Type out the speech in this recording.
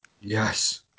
Yes